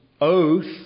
oath